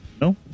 No